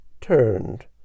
turned